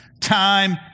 time